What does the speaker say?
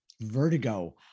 vertigo